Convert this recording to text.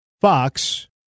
Fox